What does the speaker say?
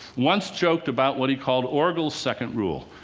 once joked about what he called orgel's second rule.